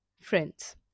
Friends